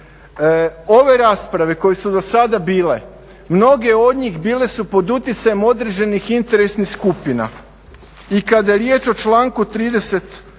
ove rasprave koje su do sada bile, mnoge od njih bile su pod utjecajem određenih interesnih skupina. I kada je riječ o članku 38.